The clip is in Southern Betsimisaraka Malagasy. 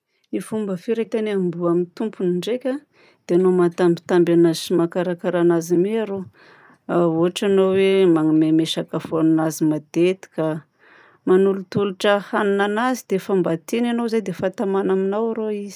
Ny fomba firetan'ny amboa amin'ny tompony ndraika a: dia ianao mahatambitamby anazy sy mahakarakara anazy mi arô ohatra anao hoe magnomeme sakafo anazy matetika a, manolotolotra hanina anazy dia efa mba tiany anao izay dia efa tamana aminao rô izy.